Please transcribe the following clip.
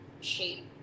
shape